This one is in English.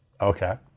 Okay